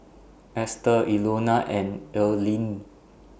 Estel Ilona and Earlean